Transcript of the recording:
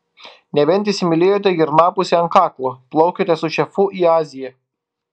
nebent įsimylėjote girnapusę ant kaklo plaukiate su šefu į aziją